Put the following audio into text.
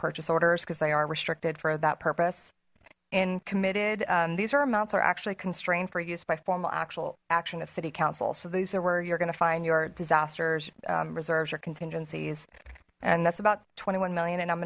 purchase orders because they are restricted for that purpose and committed these are amounts are actually constrained for use by formal actual action of city council's so these are where you're going to find your disasters reserves your contingencies and that's about twenty one million and i'm